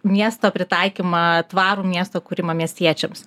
miesto pritaikymą tvarų miesto kūrimą miestiečiams